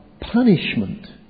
punishment